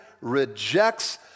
rejects